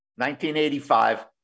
1985